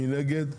מי נגד?